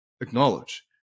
acknowledge